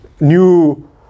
new